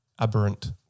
aberrant